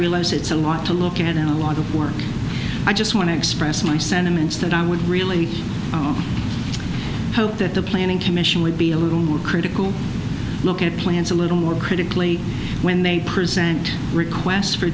realize it's a lot to look at now a lot of work i just want to express my sentiments that i would really hope that the planning commission would be a little more critical look at plans a little more critically when they present requests for